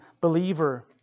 believer